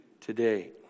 today